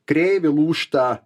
kreivė lūžta